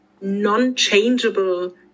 non-changeable